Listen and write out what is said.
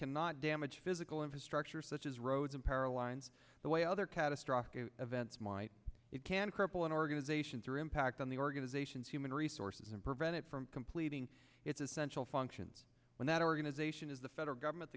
cannot damage physical infrastructure such as roads and caroline's the way other catastrophic events might it can cripple an organization through impact on the organization's human resources and prevent it from completing its essential functions when that organization is the federal government